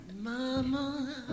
mama